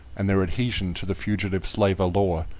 and their adhesion to the fugitive slaver law,